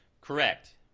Correct